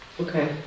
Okay